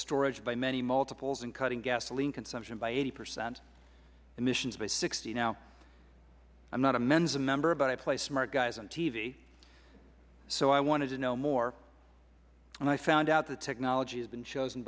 storage by many multiples and cut gasoline consumption by eighty percent emissions by sixty now i am not a mensa member but i play smart guys on tv so i wanted to know more when i found out that technology has been chosen